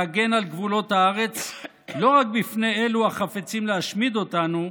להגן על גבולות הארץ לא רק בפני אלה החפצים להשמיד אותנו,